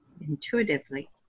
intuitively